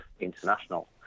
international